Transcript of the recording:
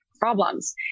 problems